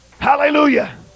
Hallelujah